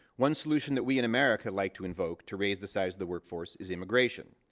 one solution that we in america like to invoke to raise the size the workforce is immigration.